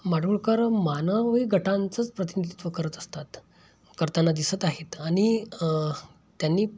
माडगूळकर मानवी गटांचंच प्रतिनिधित्व करत असतात करताना दिसत आहेत आणि त्यांनी